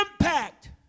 impact